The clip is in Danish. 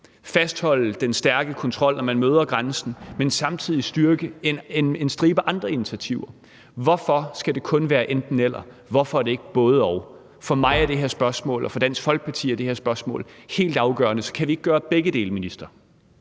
fastholde den stærke kontrol, man møder ved grænsen, men samtidig styrke en stribe andre initiativer? Hvorfor skal det kun være enten-eller? Hvorfor er det ikke både-og? For mig er det her spørgsmål og for Dansk Folkeparti er det her spørgsmål helt afgørende, så kan vi ikke gøre begge dele, minister?